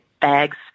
bags